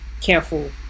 careful